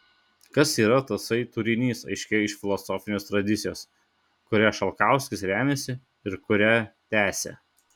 kas yra tasai turinys aiškėja iš filosofinės tradicijos kuria šalkauskis remiasi ir kurią tęsia